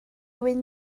wyn